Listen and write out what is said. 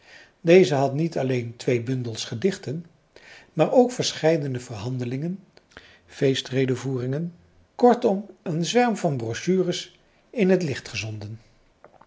deze had niet alleen twee bundels gedichten maar ook verscheiden verhandelingen feestredevoeringen kortom een zwerm van brochures in t licht gezonden